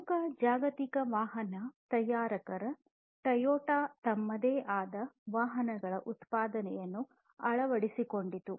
ಪ್ರಮುಖ ಜಾಗತಿಕ ವಾಹನ ತಯಾರಕ ಟೊಯೋಟಾ ತಮ್ಮದೇ ಆದ ವಾಹನಗಳ ಉತ್ಪಾದನೆಯನ್ನು ಅಳವಡಿಸಿಕೊಂಡಿತು